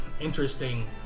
interesting